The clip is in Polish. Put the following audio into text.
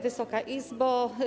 Wysoka Izbo!